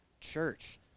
church